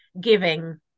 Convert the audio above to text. giving